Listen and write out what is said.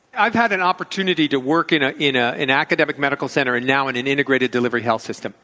i've had an opportunity to work in ah in ah an academic medical center and now in an integrated delivery health system.